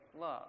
love